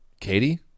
Katie